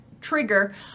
trigger